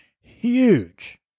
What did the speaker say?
huge